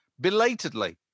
belatedly